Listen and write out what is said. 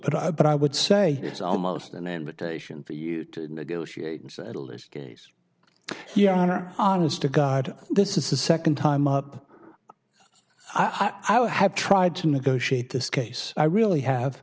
but i but i would say it's almost an invitation for you to negotiate and settle this case here are honest to god this is the second time up i have tried to negotiate this case i really have